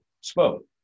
spoke